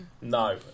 No